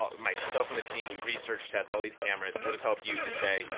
um myself and the team, we research, test all these cameras. what does help you? just say,